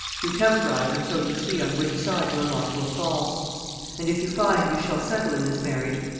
you temporise until you see on which side your lot will fall and if you find you shall settle in this marriage,